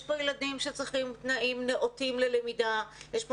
יש פה ילדים שצריכים תנאים נאותים ללמידה; יש פה